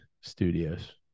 studios